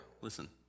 Listen